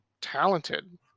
talented